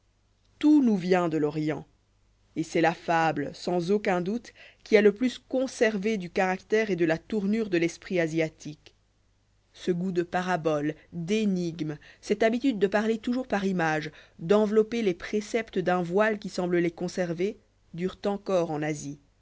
tout nous vient de l'orient et c'est la fable sans aucun doute qui a le plus conservé du caractère et de la tournure de l'esprit asiatique ce goût de paraboles d'énigmes cette habitude de parler toujours par images d'envelopper les préceptes d'un voile qui semble les conserver durent encore en asie